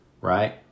Right